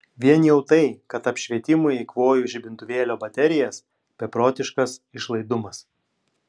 vien jau tai kad apšvietimui eikvoju žibintuvėlio baterijas beprotiškas išlaidumas